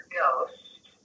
ghost